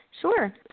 Sure